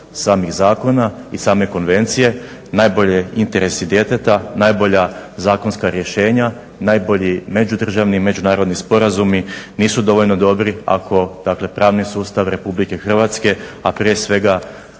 samih zakona i same konvencije. Najbolji interesi djeteta, najbolja zakonska rješenja, najbolji međudržavni i međunarodni sporazumi nisu dovoljno dobri ako dakle pravni sustav RH a prije svega